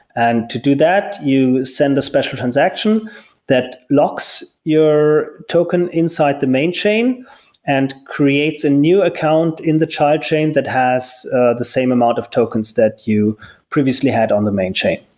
and to do that, you send a special transaction that locks your token inside the main chain and creates a new account in the child chain that has the same amount of tokens that you previously had on the main chain.